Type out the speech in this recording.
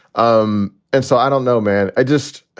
um and so, i don't know, man. i just